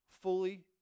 Fully